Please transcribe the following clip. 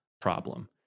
problem